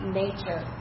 nature